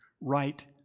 right